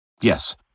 Yes